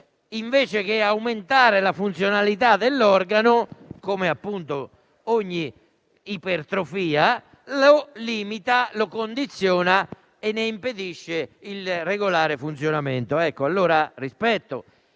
invece di aumentare la funzionalità dell'organo (come avviene per ogni ipertrofia), la limita, la condiziona e ne impedisce il regolare funzionamento.